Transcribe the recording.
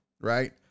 right